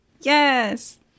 Yes